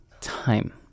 time